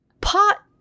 Pot